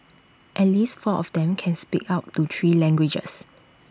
at least four of them can speak up to three languages